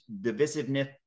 divisiveness